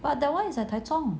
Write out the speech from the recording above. but that [one] is at taichung